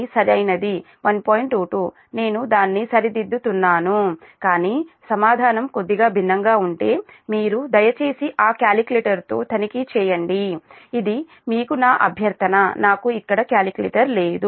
22 నేను దాన్ని సరిదిద్ది తున్నాను కానీ సమాధానం కొద్దిగా భిన్నంగా ఉంటే మీరు దయచేసి ఆ కాలిక్యులేటర్తో తనిఖీ చేయండి ఇది మీకు నా అభ్యర్థన నాకు ఇక్కడ కాలిక్యులేటర్ లేదు